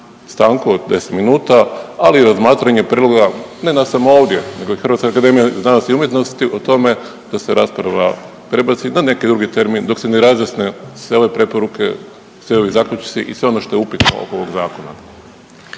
stanku od 10 minuta, ali i razmatranje prijedloga ne danas ovdje, nego je i Hrvatska akademija znanosti i umjetnosti o tome da se raspravlja. Treba se dat i neki drugi termin dok se ne razjasne sve ove preporuke, svi ovi zaključci i sve ono što je upitno oko ovog zakona.